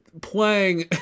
Playing